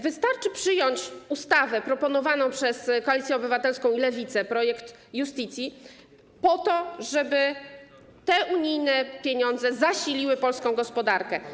Wystarczy przyjąć ustawę proponowaną przez Koalicję Obywatelską i Lewicę, projekt Iustitii, po to żeby te unijne pieniądze zasiliły polską gospodarkę.